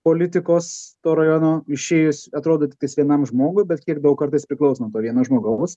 politikos to rajono išėjus atrodo tiktais vienam žmogui bet kiek daug kartais priklauso nuo to vieno žmogaus